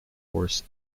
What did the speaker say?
horse